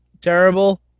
terrible